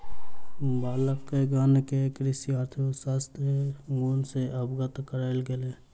बालकगण के कृषि अर्थशास्त्रक गुण सॅ अवगत करायल गेल